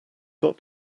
got